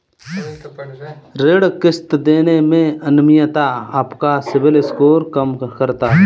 ऋण किश्त देने में अनियमितता आपका सिबिल स्कोर कम करता है